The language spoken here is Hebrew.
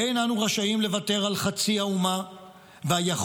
ואין אנו רשאים לוותר על חצי האומה והיכולת